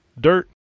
dirt